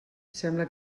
sembla